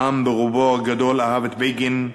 העם ברובו הגדול אהב את בגין,